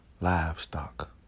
livestock